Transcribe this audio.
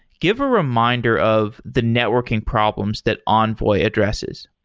give a reminder of the networking problems that envoy addresses